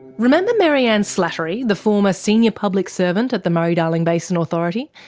remember maryanne slattery, the former senior public servant at the murray-darling basin authority?